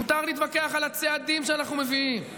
מותר להתווכח על הצעדים שאנחנו מביאים.